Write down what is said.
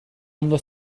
ondo